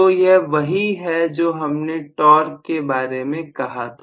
तो यह वही है जो हमने टॉर्च के बारे में कहा था